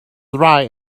dry